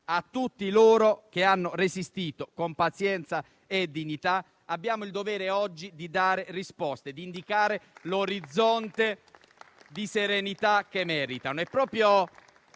A tutti coloro che hanno resistito con pazienta e dignità abbiamo il dovere oggi di dare risposte, di indicare l'orizzonte di serenità che meritano.